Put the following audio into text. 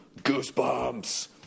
Goosebumps